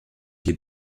hier